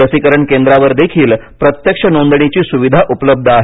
लसीकरण केंद्रावर देखील प्रत्यक्ष नोंदणीची सुविधा उपलब्ध आहे